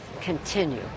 continue